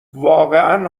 واقعا